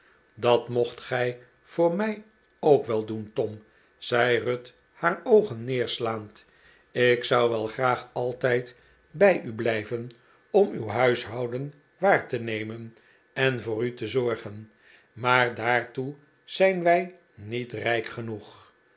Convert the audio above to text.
dat mocht gij voor mij ook wel doen tom zei ruth haar oogen neerslaand ik zou wel graag altijd bij u blijven om uw huishouden waar te nemen en voor u te zorgen maar daartoe zijn wij niet rijk genoeg